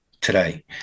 today